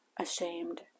ashamed